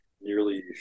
nearly